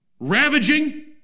Ravaging